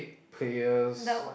players